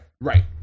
Right